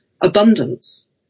abundance